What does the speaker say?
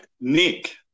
Nick